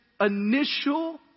initial